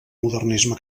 modernisme